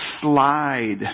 slide